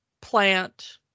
plant